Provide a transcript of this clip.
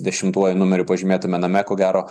dešimtuoju numeriu pažymėtame name ko gero